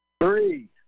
Three